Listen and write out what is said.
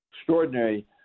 extraordinary